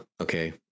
okay